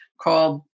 called